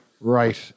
Right